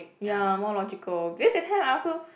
ya more logical because that time I also